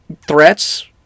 threats